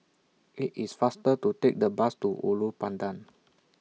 IT IS faster to Take The Bus to Ulu Pandan